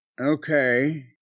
Okay